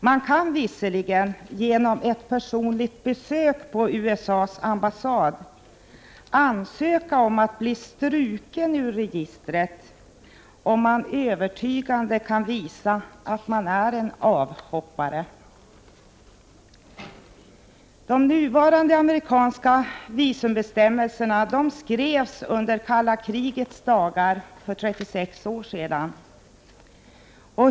Man kan visserligen genom ett personligt besök på USA:s ambassad ansöka om att bli struken ur registret om man övertygande kan visa att man är en s.k. avhoppare. De nuvarande amerikanska visumbestämmelserna skrevs under det kalla krigets dagar för 36 år sedan.